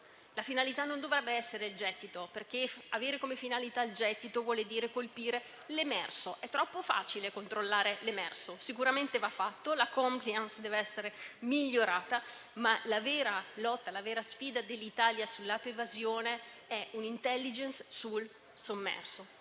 la finalità non dovrebbe essere il gettito, perché avere come finalità il gettito vuol dire colpire l'emerso. È troppo facile controllare l'emerso. Sicuramente va fatto, la *compliance* deve essere migliorata, ma la vera sfida dell'Italia sul lato dell'evasione è un *intelligence* sul sommerso,